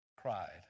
cried